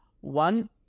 One